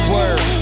Word